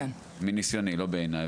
זה מניסיוני ולא בעיניי,